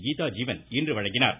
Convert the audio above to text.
கீதா ஜீவன் இன்று வழங்கினார்